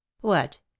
What